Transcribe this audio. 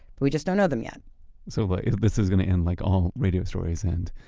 but we just don't know them yet so but this is going to end like all radio stories end,